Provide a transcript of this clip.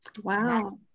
Wow